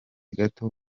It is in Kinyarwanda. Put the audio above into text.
gato